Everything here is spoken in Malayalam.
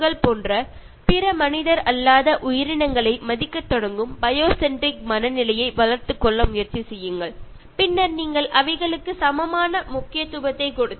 എപ്പോഴാണ് നിങ്ങൾ മറ്റു ജീവജാലങ്ങളെ അതായത് പക്ഷികളെയും മൃഗങ്ങളെയും ഒരുപോലെ കാണാൻ ശ്രമിക്കുന്നത് അവരെയും നിങ്ങളെ പോലെയുള്ളവർ ആയി പരിഗണിക്കുന്നത് അവിടെയാണ് ഒരു ജൈവ കേന്ദ്രീകൃത രീതിയായി മാറുന്നത്